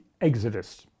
Exodus